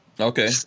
Okay